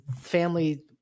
family